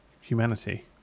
humanity